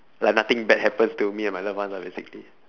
like nothing bad happens to me and my loved ones lah basically